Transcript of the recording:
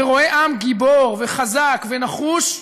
ורואה עם גיבור וחזק ונחוש,